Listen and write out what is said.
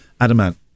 Adamant